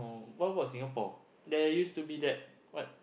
oh what about Singapore there used to be that what